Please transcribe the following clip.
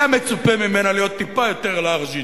היה מצופה ממנה להיות טיפה יותר לארג'ית,